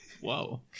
Whoa